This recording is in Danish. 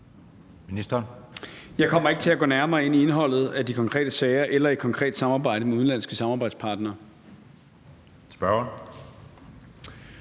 derfor ikke til at gå nærmere ind i indholdet af de konkrete sager eller i et konkret samarbejde med udenlandske samarbejdspartnere.